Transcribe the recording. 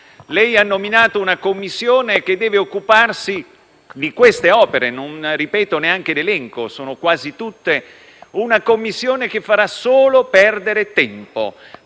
Lei ha nominato una Commissione che deve occuparsi di queste opere (non faccio l'elenco, perché sono quasi tutte), una Commissione che farà solo perdere tempo,